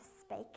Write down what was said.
speak